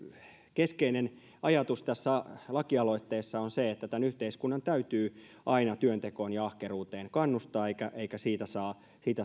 keskeinen ajatus tässä lakialoitteessa on se että tämän yhteiskunnan täytyy aina työntekoon ja ahkeruuteen kannustaa eikä siitä